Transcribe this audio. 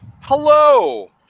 Hello